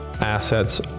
assets